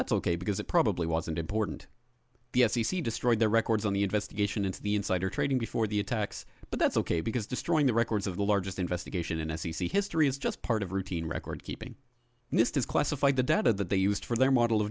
that's ok because it probably wasn't important the f c c destroyed their records on the investigation into the insider trading before the attacks but that's ok because destroying the records of the largest investigation in s c c history is just part of routine record keeping and this is classified the data that they used for their model